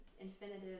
infinitive